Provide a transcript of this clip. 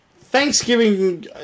Thanksgiving